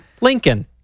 Lincoln